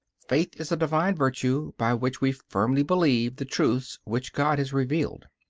faith is a divine virtue by which we firmly believe the truths which god has revealed.